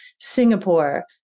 Singapore